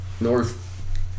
North